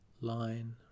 line